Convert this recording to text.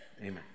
amen